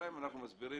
אלא אם אנחנו מסבירים,